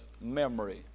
memory